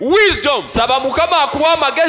wisdom